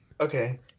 Okay